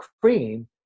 cream